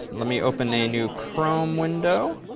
let me open a new chrome window.